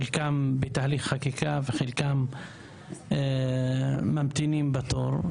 חלקם בתהליך חקיקה וחלקם ממתינים בתור,